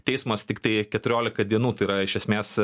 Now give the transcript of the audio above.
teismas tiktai keturiolika dienų tai yra iš esmės